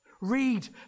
Read